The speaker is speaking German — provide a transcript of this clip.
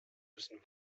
müssen